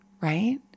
right